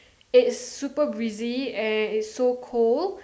it's super busy and it's so cool